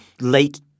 late